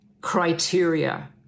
Criteria